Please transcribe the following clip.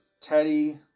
Teddy